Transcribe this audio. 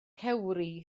cewri